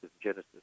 Genesis